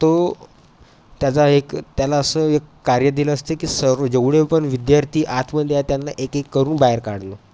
तो त्याचा एक त्याला असं एक कार्य दिलं असते की सर्व जेवढे पण विद्यार्थी आतमध्ये आहे त्यांना एक एक करून बाहेर काढणं